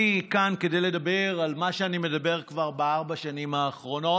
אני כאן כדי לדבר על מה שאני מדבר עליו כבר בארבע השנים האחרונות,